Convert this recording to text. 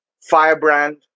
Firebrand